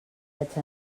vaig